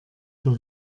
für